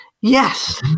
yes